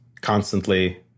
constantly